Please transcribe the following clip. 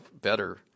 better